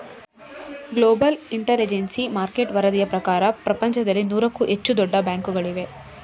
global intelligence market ವರದಿಯ ಪ್ರಕಾರ ಪ್ರಪಂಚದಲ್ಲಿ ನೂರಕ್ಕೂ ಹೆಚ್ಚು ದೊಡ್ಡ ಬ್ಯಾಂಕುಗಳಿವೆ